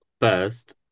First